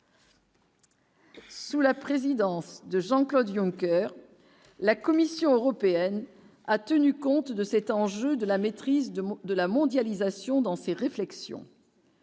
Sous la présidence de Jean-Claude Junker, la Commission européenne a tenu compte de cet enjeu de la maîtrise de de la mondialisation dans ses réflexions.